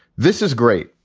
this is great,